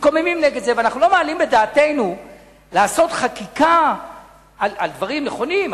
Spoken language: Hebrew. מתקוממים נגד זה ואנחנו לא מעלים על דעתנו לעשות חקיקה על דברים נכונים,